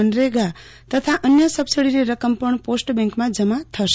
મનરેગા તથા અન્ય સબસીડીની રકમ પણ પોસ્ટ બેન્કમાં જમા થશે